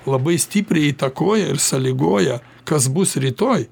labai stipriai įtakoja ir sąlygoja kas bus rytoj